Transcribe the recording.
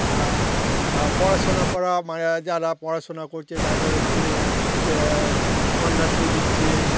আর পড়াশোনা করা মানে যারা পড়াশোনা করছে তাদের হচ্ছে সে কন্যাশ্রী দিচ্ছে